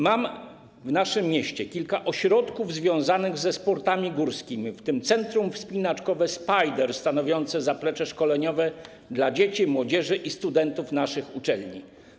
Mamy w naszym mieście kilka ośrodków związanych ze sportami górskimi, w tym Centrum Wspinaczkowe Spider stanowiące zaplecze szkoleniowe dla dzieci, młodzieży i studentów naszych uczelni.